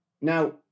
Now